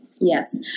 Yes